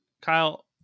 kyle